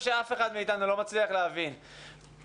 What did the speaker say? אני חושב שאף אחד מאתנו לא מצליח להבין וזה